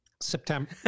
September